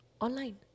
Online